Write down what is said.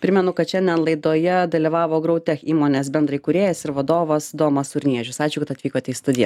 primenu kad šiandien laidoje dalyvavo growtech įmonės bendraįkūrėjas ir vadovas domas urniežius ačiū kad atvykote į studiją